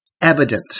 evident